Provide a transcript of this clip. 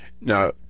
now